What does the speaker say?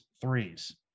threes